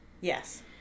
Yes